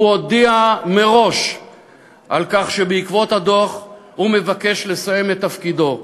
הוא הודיע מראש שבעקבות הדוח הוא מבקש לסיים את תפקידו,